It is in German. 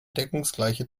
deckungsgleiche